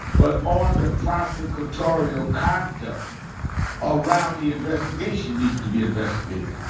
but on the prosecutorial conduct around the investigation needs to be investigated.